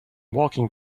walking